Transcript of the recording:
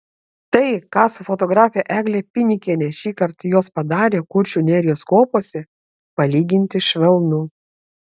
tai ką su fotografe egle pinikiene šįkart jos padarė kuršių nerijos kopose palyginti švelnu